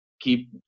keep